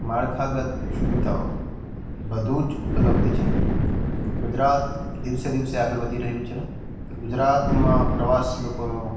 માળખાગત સુવિધાઓ બધું જ ઉપલબ્ધ છે ગુજરાત દિવસે દિવસે આગળ વધી રહ્યું છે ગુજરાતમાં પ્રવાસી લોકોનો